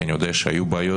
כי אני יודע שהיו בעיות